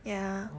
ya